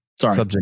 Sorry